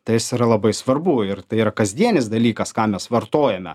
tai jis yra labai svarbu ir tai yra kasdienis dalykas ką mes vartojame